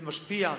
זה משפיע,